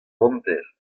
hanter